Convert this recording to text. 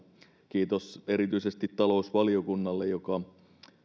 kiitos erityisesti talousvaliokunnalle jonka